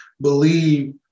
believe